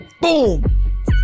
boom